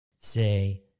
say